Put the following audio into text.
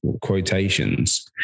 quotations